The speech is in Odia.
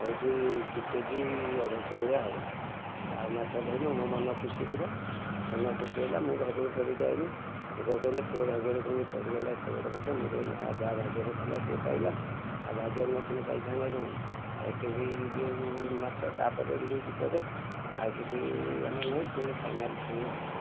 ହେଉଛି ଦୁଇ କେଜି ଅଢ଼େଇଶହ ଭଳିଆ ହେବ ଆଉ ମାଛ ଧଇନୁ ମୋ ମନ ଖୁସି ପୁରା ମନ ଖୁସି ହେଲା ମୁଁ ଘରକୁ ଧରିକି ଆଇନି ଲୋକ କହିଲେ ତୋ ଭାଗ୍ୟରେ କେମିତି ପଡ଼ିଗଲା ଏତେ ବଡ଼ ମାଛ ମୁଁ କହିନି ଆ ଯାହା ଭାଗ୍ୟରେ ଥିଲା ସିଏ ପାଇଲା ଆଉ ଭାଗ୍ୟରେ ନଥିନେ ପାଇଥାନ୍ତା କେମିତି ଆ ଏତିକି ଯେଉଁ ମାଛ ତାପରେ ଲିଜ୍ ପରେ ଆଉ କିଛି ଆମର ନାହିଁ ପୁଣି ଫାଇନାଲ୍ ପୁଣି ହୋଇଗଲା